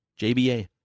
JBA